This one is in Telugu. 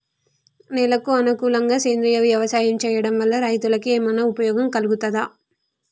నేలకు అనుకూలంగా సేంద్రీయ వ్యవసాయం చేయడం వల్ల రైతులకు ఏమన్నా ఉపయోగం కలుగుతదా?